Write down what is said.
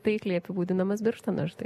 taikliai apibūdinamas birštonas štai